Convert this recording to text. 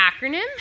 acronym